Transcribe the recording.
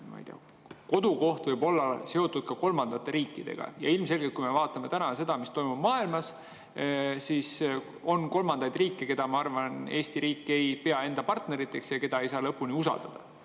kodukoht võib olla seotud kolmandate riikidega. Ilmselgelt, kui me vaatame, mis maailmas toimub, [siis näeme, et] on kolmandaid riike, keda, ma arvan, Eesti riik ei pea enda partneriks ja keda ei saa lõpuni usaldada.